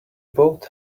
both